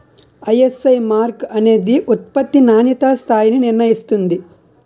ISI mark అనేది ఉత్పత్తి నాణ్యతా స్థాయిని నిర్ణయిస్తుంది